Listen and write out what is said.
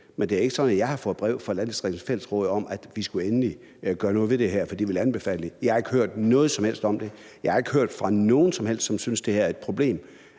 men det er ikke sådan, at jeg har fået brev fra Landdistrikternes Fællesråd om, at vi endelig skulle gøre noget ved det her, altså at det ville de anbefale. Jeg har ikke hørt noget som helst om det. Jeg har ikke hørt fra nogen som helst, som synes, at det her er et problem,